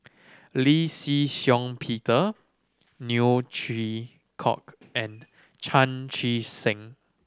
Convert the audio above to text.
Lee Shih Shiong Peter Neo Chwee Kok and Chan Chee Seng